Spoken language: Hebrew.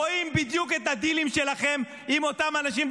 רואים בדיוק את הדילים שלכם עם אותם אנשים.